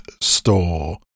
store